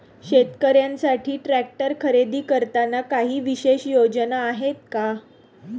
शेतकऱ्यांसाठी ट्रॅक्टर खरेदी करताना काही विशेष योजना आहेत का?